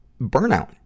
Burnout